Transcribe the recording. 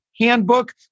handbook